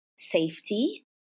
Safety